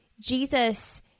Jesus